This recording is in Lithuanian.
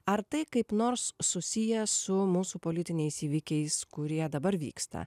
ar tai kaip nors susiję su mūsų politiniais įvykiais kurie dabar vyksta